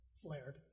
flared